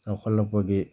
ꯆꯥꯎꯈꯠꯂꯛꯄꯒꯤ